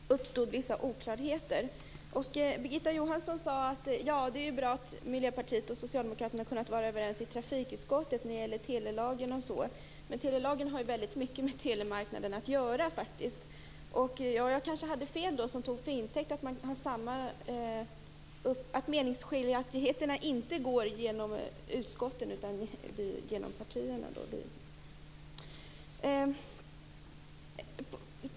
Herr talman! Jag blev tvungen att begära ordet eftersom det uppstod vissa oklarheter. Birgitta Johansson sade att det är bra att Miljöpartiet och Socialdemokraterna kunnat vara överens i trafikutskottet när det gäller telelagen. Men telelagen har väldigt mycket med telemarknaden att göra. Jag kanske hade fel som tog för intäkt att meningsskiljaktigheterna inte går genom utskotten utan genom partierna.